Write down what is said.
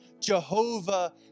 Jehovah